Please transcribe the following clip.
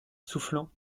soufflant